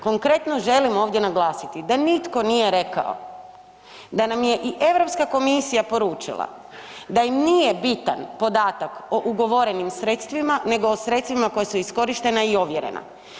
Konkretno želim ovdje naglasiti da nitko nije rekao da nam je i Europska komisija poručila da nije bitan podatak o ugovorenim sredstvima nego o sredstvima koja su iskorištena i ovjerena.